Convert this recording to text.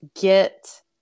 get